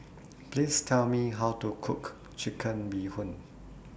Please Tell Me How to Cook Chicken Bee Hoon